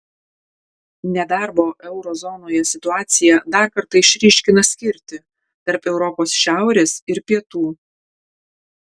nedarbo euro zonoje situacija dar kartą išryškina skirtį tarp europos šiaurės ir pietų